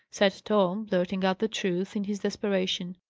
said tom, blurting out the truth, in his desperation.